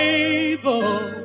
able